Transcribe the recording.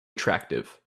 attractive